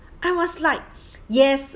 I was like yes